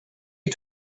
you